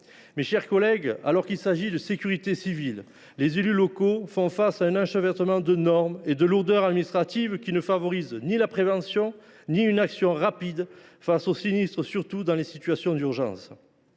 Mes chers collègues, alors qu’il s’agit de sécurité civile, les élus locaux font face à un enchevêtrement de normes et à des lourdeurs administratives qui ne favorisent ni la prévention ni une action rapide pour faire face aux sinistres, en particulier dans les situations d’urgence.